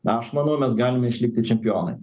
aš manau mes galime išlikti čempionai